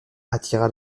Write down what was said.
attira